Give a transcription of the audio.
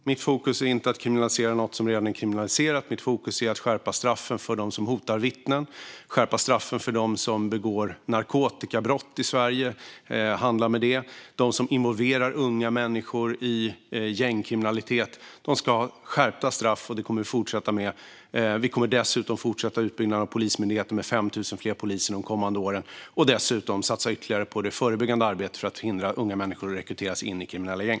Fru talman! Mitt fokus är inte att kriminalisera något som redan är kriminaliserat. Mitt fokus är att skärpa straffen för dem som hotar vittnen, för dem som begår narkotikabrott i Sverige och handlar med narkotika och för dem som involverar unga människor i gängkriminalitet. De ska ha skärpta straff, och det kommer vi att fortsätta med. Vi kommer dessutom att fortsätta utbyggnaden av Polismyndigheten med 5 000 fler poliser de kommande åren och satsa ytterligare på det förebyggande arbetet för att hindra unga människor från att rekryteras in i kriminella gäng.